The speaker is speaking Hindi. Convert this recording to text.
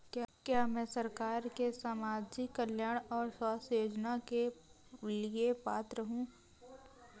क्या मैं सरकार के सामाजिक कल्याण और स्वास्थ्य योजना के लिए पात्र हूं?